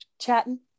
chatting